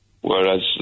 Whereas